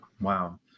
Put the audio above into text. Wow